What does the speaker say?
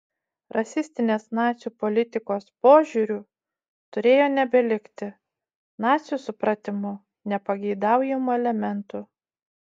rasistinės nacių politikos požiūriu turėjo nebelikti nacių supratimu nepageidaujamų elementų